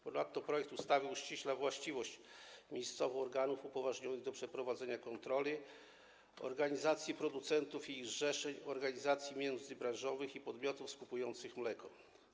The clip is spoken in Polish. Ponadto projekt ustawy uściśla właściwość miejscową organów upoważnionych do przeprowadzania kontroli organizacji producentów i ich zrzeszeń, organizacji międzybranżowych i podmiotów skupujących mleko.